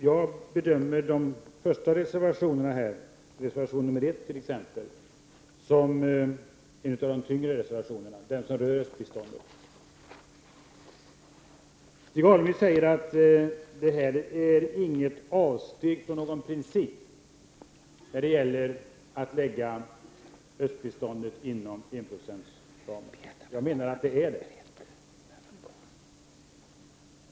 Jag bedömer de första reservationerna som tyngre, nr 1 t.ex., den som rör östbiståndet. Stig Alemyr säger att det är inget avsteg från någon princip att lägga östbiståndet inom enprocentsramen. Jag menar att det är det.